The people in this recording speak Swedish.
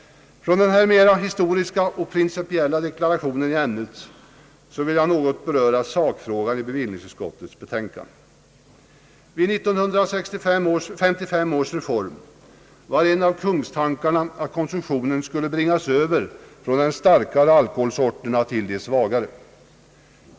Från denna mera historiska och principiella deklaration i ämnet vill jag något beröra sakfrågan i bevillningsutskotiets betänkande. Vid 1955 års reform var en av kungstankarna att konsumtionen skulle överföras från de starka alkoholsorterna till de svagare.